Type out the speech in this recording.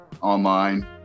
online